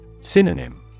Synonym